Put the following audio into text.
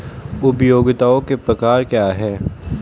उपयोगिताओं के प्रकार क्या हैं?